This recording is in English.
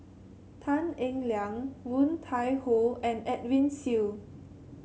Tan Eng Liang Woon Tai Ho and Edwin Siew